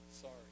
sorry